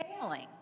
failing